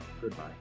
Goodbye